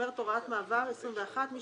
אני מדברת על הוראת המעבר 21 : "הוראת מעבר 21.(א)מי